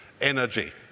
energy